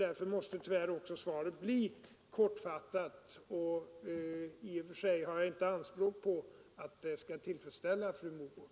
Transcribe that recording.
Därför måste tyvärr också svaret bli kortfattat. I och för sig har jag inte anspråk på att det skall tillfredställa fru Mogård.